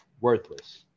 Worthless